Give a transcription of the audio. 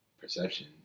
perception